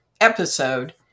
episode